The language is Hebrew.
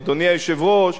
אדוני היושב-ראש,